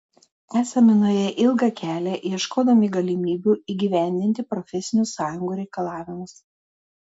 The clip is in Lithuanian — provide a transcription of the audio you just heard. esame nuėję ilgą kelią ieškodami galimybių įgyvendinti profesinių sąjungų reikalavimus